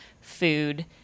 food